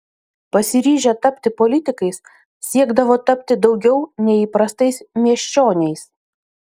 pasiryžę tapti politikais siekdavo tapti daugiau nei įprastais miesčioniais